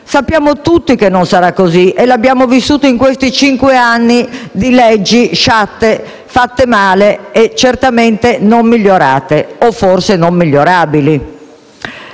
Sappiamo tutti che non sarà così e lo abbiamo vissuto in questi cinque anni di leggi sciatte, fatte male e certamente non migliorate, o forse non migliorabili.